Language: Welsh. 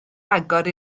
agor